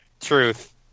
truth